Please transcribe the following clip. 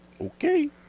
Okay